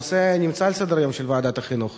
הנושא נמצא על סדר-היום של ועדת החינוך.